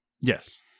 yes